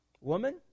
woman